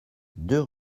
deux